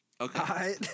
Okay